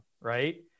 right